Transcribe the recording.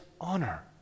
honor